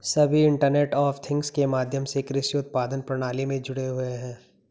सभी internet of things के माध्यम से कृषि उत्पादन प्रणाली में जुड़े हुए हैं